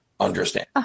understand